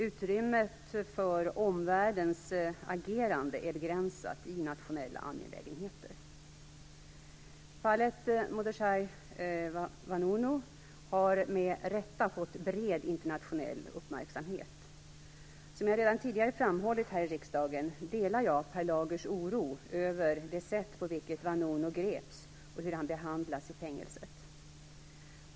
Utrymmet för omvärldens agerande är begränsat i nationella angelägenheter. Fallet Mordechai Vanunu har med rätta fått bred internationell uppmärksamhet. Som jag redan tidigare har framhållit här i riksdagen delar jag Per Lagers oro över det sätt på vilket Vanunu greps och hur han behandlas i fängelset.